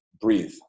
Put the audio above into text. breathe